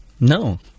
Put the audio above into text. No